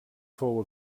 fou